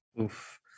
Oof